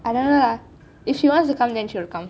I don't know lah if she wants to come then she will come